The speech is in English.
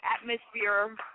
atmosphere